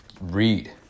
Read